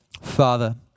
Father